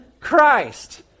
Christ